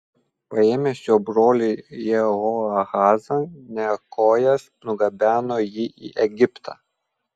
paėmęs jo brolį jehoahazą nekojas nugabeno jį į egiptą